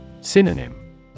Synonym